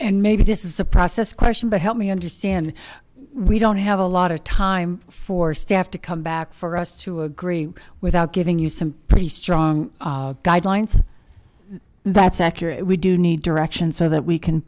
and maybe this is a process question but help me understand we don't have a lot of time for staff to come back for us to agree without giving you some pretty strong guidelines that's accurate we do need to rush in so that we can